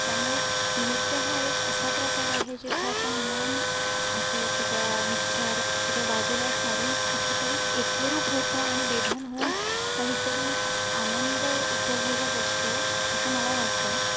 त्यामुळे नृत्य हा एक असा प्रकार आहे जिथे आपण मन आपल्या सगळ्या विचार सगळं बाजूला सारून कुठेतरी एकरूप होतो आणि बेभान होऊन काहीतरी आनंद उपभोगत असतो असं मला वाटतं